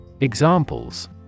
Examples